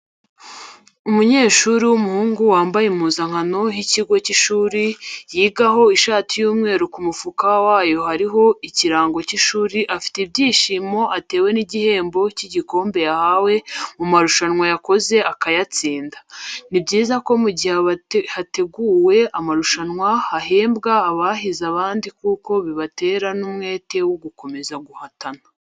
Umunyeshuri w'umuhungu wambaye impuzankano y'ikigo cy'ishuri yigaho ishati y'umweru ku mufuka wayo hariho ikirango cy'ishuri, afite ibyishimo atewe n'igihembo cy'igikombe yahawe mu marushanwa yakoze akayatsinda. Ni byiza ko mu gihe hateguwe amarusanwa hahembwa abahize abandi kuko bibatera n'umwete wo gukomeza guhatana.